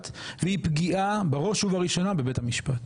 והיא פגיעה בראש ובראשונה בבית המשפט.